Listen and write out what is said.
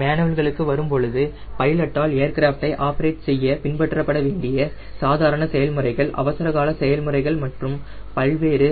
மேனுவல்களுக்கு வரும் பொழுது பைலட்டால் ஏர்கிராஃப்டை ஆபரேட் செய்ய பின்பற்றப்பட வேண்டிய சாதாரண செயல்முறைகள் அவசரகால செயல்முறைகள் மற்றும் பல்வேறு